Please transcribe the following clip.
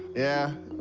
yeah,